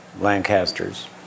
Lancasters